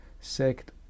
sect